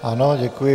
Ano, děkuji.